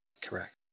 correct